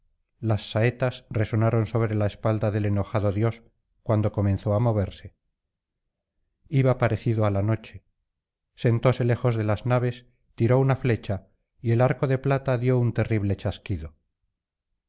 las saetas resonaron sobre la espalda del enojado dios cuando comenzó á moverse iba parecido á la noche sentóse lejos de las naves tiró una flecha y el arco de plata dio un terrible chasquido